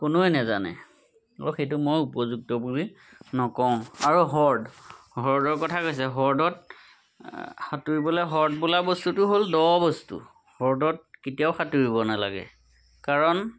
কোনোৱে নাজানে আৰু সেইটো মই উপযুক্ত বুলি নকওঁ আৰু হ্ৰদ হ্ৰদৰ কথা কৈছে হ্ৰদত সাঁতুৰিবলৈ হ্ৰদ বোলা বস্তুটো হ'ল দ বস্তু হ্ৰদত কেতিয়াও সাঁতুৰিব নালাগে কাৰণ